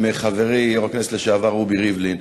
חברי יושב-ראש הכנסת לשעבר רובי ריבלין.